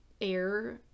air